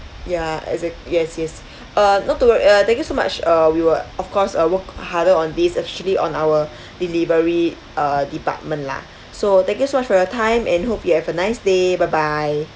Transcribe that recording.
ya exact~ yes yes uh not to wo~ uh thank you so much uh we will of course uh work harder on this especially on our delivery uh department lah so thank you so much for your time and hope you have a nice day bye bye